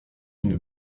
une